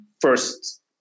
first